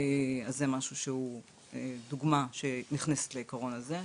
אז זו דוגמא שנכנסת לעיקרון הזה.